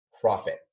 profit